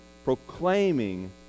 proclaiming